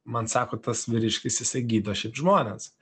man sako tas vyriškis jisai gydo šiaip žmones